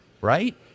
right